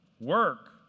work